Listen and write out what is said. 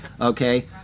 okay